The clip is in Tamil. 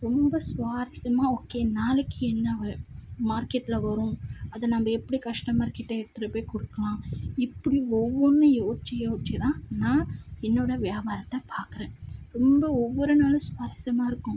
ரொம்ப சுவாரசியமாக ஓகே நாளைக்கு என்ன வரும் மார்க்கெட்டில் வரும் அதை நம்ம எப்படி கஷ்டமர் கிட்டே எடுத்துகிட்டு போய் கொடுக்கலாம் இப்படி ஒவ்வொன்றும் யோசித்து யோசித்துதான் நான் என்னோடய வியாபாரத்தை பார்க்கறேன் ரொம்ப ஒவ்வொரு நாளும் சுவாரசியமாக இருக்கும்